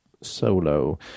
solo